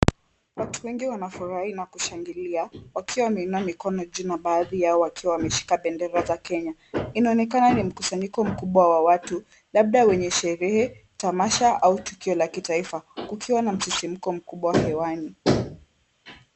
Watu wengi wanafurahi na kushangilia wakiwa wameinua mikono juu baadhi yao wakiwa wameshika bendera za Kenya. Inaonekana ni mkusanyiko mkubwa wa watu labda wenye sherehe, tamasha au tukio la kitaifa kukiwa na msisimko mkubwa hewani.